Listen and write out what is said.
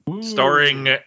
starring